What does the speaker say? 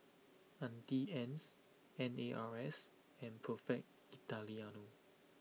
Auntie Anne's N A R S and Perfect Italiano